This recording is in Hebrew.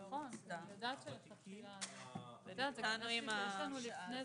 מאז תחילתו של החוק אנחנו משלמים מידי